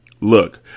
Look